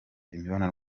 imibonano